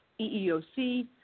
EEOC